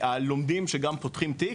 הלומדים שגם פותחים תיק,